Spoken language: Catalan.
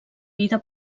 vida